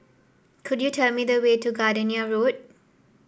could you tell me the way to Gardenia Road